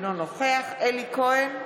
אינו נוכח אלי כהן,